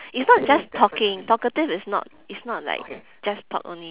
it's not just talking talkative is not is not like just talk only